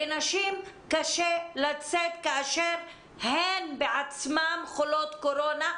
לנשים קשה לצאת כאשר הן בעצמן חולות קורונה,